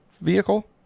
vehicle